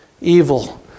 evil